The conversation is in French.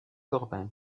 corbin